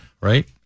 right